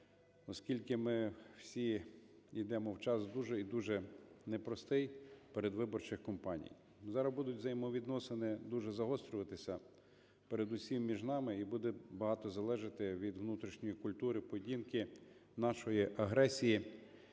оскільки ми всі йдемо в час дуже і дуже непростий передвиборчих кампаній. Зараз будуть взаємовідносини дуже загострюватися, передусім між нами, і буде багато залежати від внутрішньої культури, поведінки, нашої агресії,